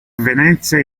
venezia